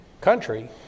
country